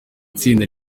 tsinda